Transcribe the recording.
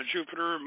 Jupiter